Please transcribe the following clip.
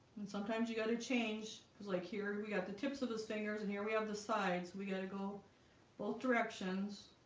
and sometimes you got to change because like here we got the tips of his fingers and here we have the side so we got to go both directions